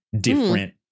Different